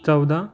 चौदा